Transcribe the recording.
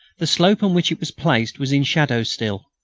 the slope on which it was placed was in shadow still.